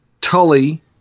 tully